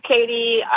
Katie